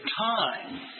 time